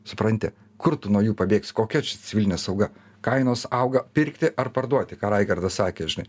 supranti kur tu nuo jų pabėgsi kokia čia civilinė sauga kainos auga pirkti ar parduoti ką raigardas sakė žinai